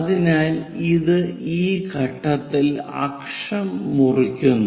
അതിനാൽ ഇത് ഈ ഘട്ടത്തിൽ അക്ഷം മുറിക്കുന്നു